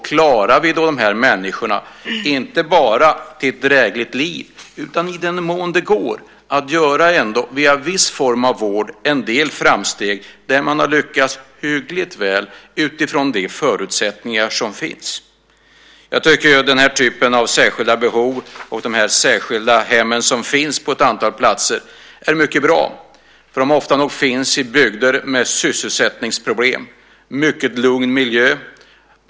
Klarar vi av att ge dessa människor inte bara ett drägligt liv utan, i den mån det går via en viss form av vård, även möjligheter till en del framsteg? Man har lyckats hyggligt väl utifrån de förutsättningar som finns. Jag tycker att de särskilda hem för personer med särskilda behov som finns på ett antal platser är mycket bra eftersom de ofta finns i bygder med sysselsättningsproblem och en mycket lugn miljö.